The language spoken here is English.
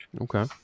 Okay